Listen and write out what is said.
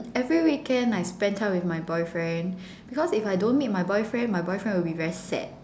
every weekend I spend time with my boyfriend because if I don't meet my boyfriend my boyfriend will be very sad